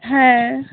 ᱦᱮᱸ